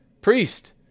priest